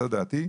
זו דעתי,